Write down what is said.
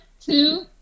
two